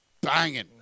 banging